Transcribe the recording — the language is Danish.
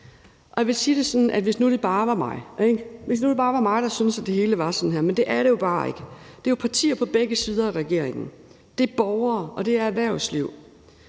Jeg vil sige det sådan, at hvis det nu bare var mig, der syntes, at det hele var sådan her, var det noget andet, men det er det jo bare ikke. Det er jo partier på begge sider af regeringen, det er borgere, og det er erhvervsliv.